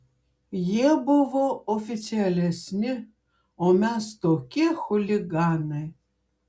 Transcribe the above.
jie buvo oficialesni o mes tokie chuliganai